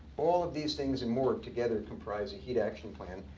all of these things and more, together, comprise a heat action plan.